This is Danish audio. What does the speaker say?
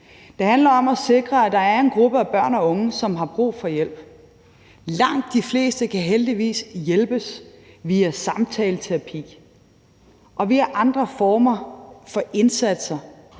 Det handler om at sikre hjælp til en gruppe af børn og unge, som har brug for hjælp. Langt de fleste kan heldigvis hjælpes via samtaleterapi og via andre former for indsatser,